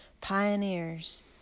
Pioneers